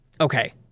Okay